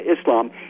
Islam